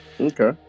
Okay